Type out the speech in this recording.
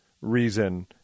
reason